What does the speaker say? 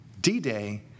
D-Day